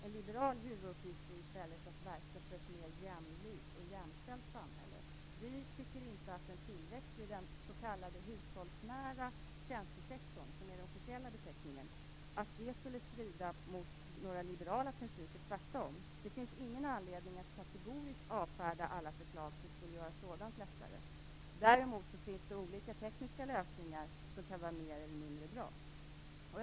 En liberal huvuduppgift är i stället att verka för ett mer jämlikt och jämställt samhälle. Vi tycker inte att en tillväxt i den s.k. hushållsnära tjänstesektorn, som är den officiella beteckningen, skulle strida mot några liberala principer - tvärtom. Det finns ingen anledning att kategoriskt avfärda alla förslag som skulle göra sådant lättare. Däremot finns det olika tekniska lösningar som kan vara mer eller mindre bra.